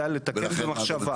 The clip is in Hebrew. כדי לתקן במחשבה.